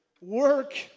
work